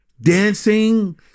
dancing